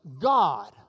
God